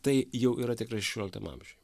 tai jau yra tikrai šešiolikam amžiuj